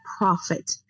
profit